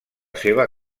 seva